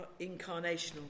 incarnational